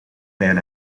pijl